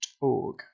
org